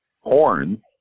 horns